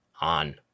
on